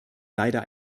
leider